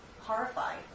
horrified